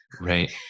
Right